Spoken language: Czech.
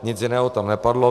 Nic jiného tam nepadlo.